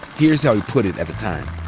here's how he put it at the time.